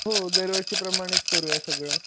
हो दरवर्षीप्रमाणेच करूया सगळं